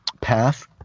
path